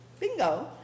bingo